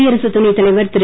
குடியரசுத் துணைத் தலைவர் திரு